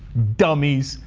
dummies.